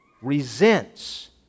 resents